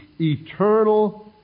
eternal